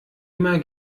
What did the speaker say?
immer